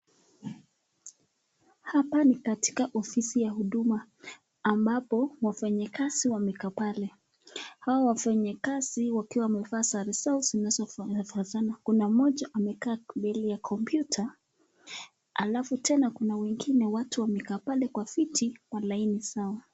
Hapa ni katika ofisi ya huduma, ambapo watu wamekaa pale, hao wafanyikazi wakiwa wamevaa sare zao zikizofanana, kuna moja aliyekaa mbele ya komputa, alafu tena kuna watu wengine wamekaa palelwa viti kwa laini yao.